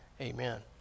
amen